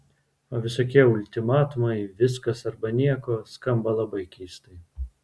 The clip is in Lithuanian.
o visokie ultimatumai viskas arba nieko skamba labai keistai